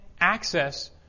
access